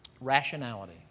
rationality